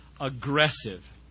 aggressive